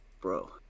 Bro